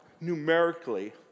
numerically